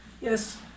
Yes